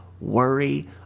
worry